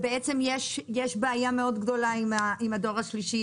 בעצם יש בעיה גדולה מאוד עם הדור השלישי.